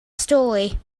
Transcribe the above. story